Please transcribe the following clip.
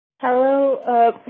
Hello